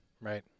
right